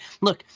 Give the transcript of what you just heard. look